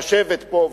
לשבת פה,